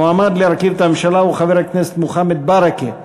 המועמד להרכיב את הממשלה הוא מוחמד ברכה.